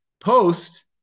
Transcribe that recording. post